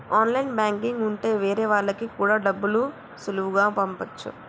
online banking ఉంటె వేరే వాళ్ళకి కూడా డబ్బులు సులువుగా పంపచ్చు